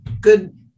good